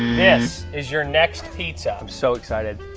this is your next pizza. i'm so excited.